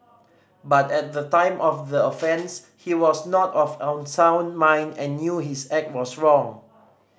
but at the time of the offence he was not of unsound mind and knew his act was wrong